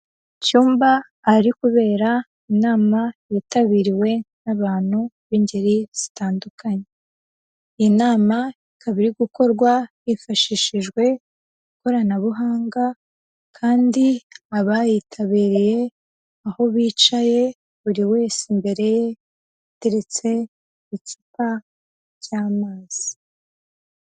Icyumba ahari kubera inama yitabiriwe n'abantu b'ingeri zitandukanye, inama ikaba iri gukorwa hifashishijwe ikoranabuhanga, kandi abayitabiriye aho bicaye buri wese imbere ye hateretse icupa ry'amazi.